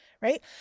right